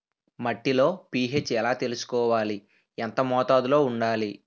మట్టిలో పీ.హెచ్ ఎలా తెలుసుకోవాలి? ఎంత మోతాదులో వుండాలి?